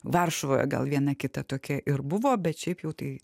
varšuvoje gal viena kita tokia ir buvo bet šiaip jau tai